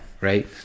right